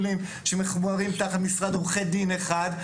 שמחוברים תחת משרד עורכי דין אחד;